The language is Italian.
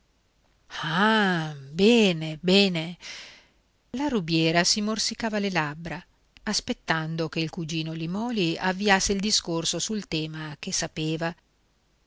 bene bene la rubiera si morsicava le labbra aspettando che il cugino limòli avviasse il discorso sul tema che sapeva